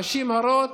נשים הרות,